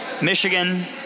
Michigan